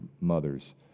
mothers